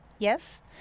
Yes